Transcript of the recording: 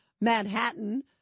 Manhattan